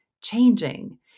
changing